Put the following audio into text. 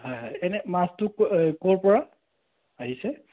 হয় হয় এনেই মাছটো ক'ৰ ক'ৰ পৰা আহিছে